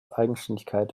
eigenständigkeit